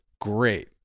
great